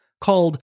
called